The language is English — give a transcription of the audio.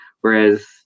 whereas